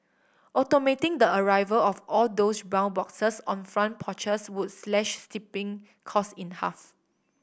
automating the arrival of all those brown boxes on front porches would slash shipping costs in half